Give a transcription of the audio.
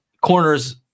corners